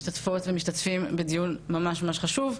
אתם משתתפות ומשתתפים בדיון ממש ממש חשוב,